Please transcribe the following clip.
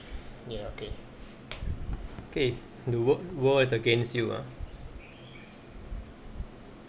ya okay okay the work world is against you ah